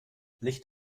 licht